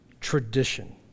tradition